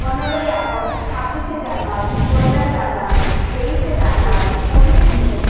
পনেরোই অগাস্ট ছাব্বিশে জানুয়ারি পয়লা জানুয়ারি তেইশে জানুয়ারি পঁচিশে ডিসেম্বর